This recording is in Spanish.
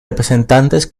representantes